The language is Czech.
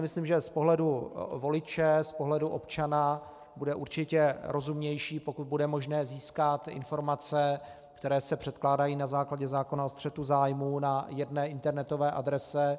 Myslím si, že z pohledu voliče, z pohledu občana bude určitě rozumnější, pokud bude možné získat informace, které se předkládají na základě zákona o střetu zájmů, na jedné internetové adrese.